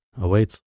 awaits